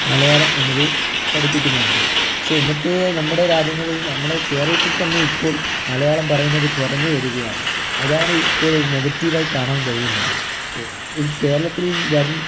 മലയാളം എന്നത് പഠിപ്പിക്കുന്നതെന്നത് പക്ഷേ ഇന്നത്തെ നമ്മുടെ രാജ്യങ്ങളിൽ നമ്മുടെ കേരളത്തിൽ തന്നെ ഇപ്പോൾ മലയാളം പറയുന്നത് കുറഞ്ഞു വരികയാണ് അതാണ് ഇപ്പോൾ ഒരു നെഗറ്റീവ് ആയി കാണാൻ കഴിയുന്നത് ഈ കേരളത്തിൽ വരും